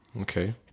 Okay